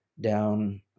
down